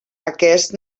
aquest